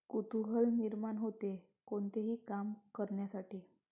कुतूहल निर्माण होते, कोणतेही काम करण्यासाठी